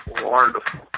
Wonderful